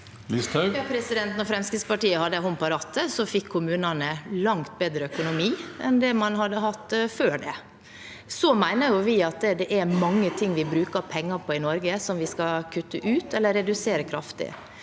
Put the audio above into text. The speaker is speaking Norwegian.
Da Fremskrittspar- tiet hadde en hånd på rattet, fikk kommunene langt bedre økonomi enn man hadde hatt før det. Vi mener at det er mange ting vi bruker penger på i Norge, som vi skal kutte ut eller redusere kraftig.